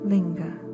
Linger